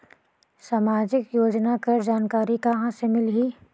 समाजिक योजना कर जानकारी कहाँ से मिलही?